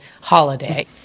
holiday